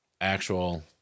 actual